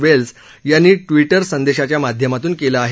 Wales यांनी Twitter संदेशाच्या माध्यमातून केलं आहे